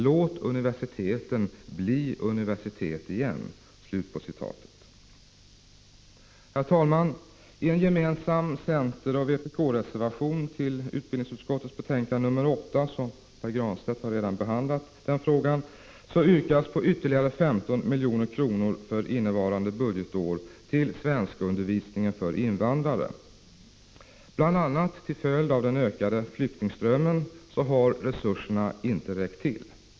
Låt universiteten bli universitet igen. Herr talman! I en gemensam reservation från centern och vpk till utbildningsutskottets betänkande 8, vilken Pär Granstedt redan behandlat, yrkas på ytterligare 15 milj.kr. för innevarande budgetår till svenskundervisning för invandrare. Bl. a. till följd av den ökade flyktingströmmen har resurserna inte räckt till.